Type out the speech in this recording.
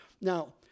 Now